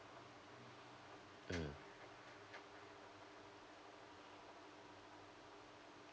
mm